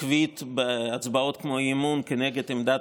עקבית בהצבעות כמו אי-אמון כנגד עמדת